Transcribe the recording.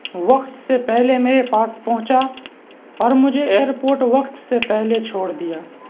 وقت سے پہلے میرے پاس پہنچا اور مجھے ایئرپوڑٹ وقت سے پہلے چھوڑ دیا